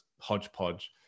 hodgepodge